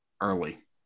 early